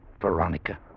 Veronica